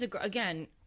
again